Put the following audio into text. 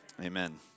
amen